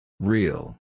Real